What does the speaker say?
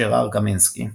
ז'ראר קמינסקי.